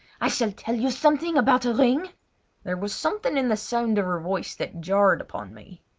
i shall tell you something about a ring there was something in the sound of her voice that jarred upon me.